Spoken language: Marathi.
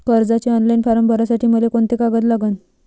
कर्जाचे ऑनलाईन फारम भरासाठी मले कोंते कागद लागन?